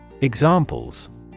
Examples